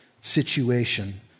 situation